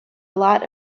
lot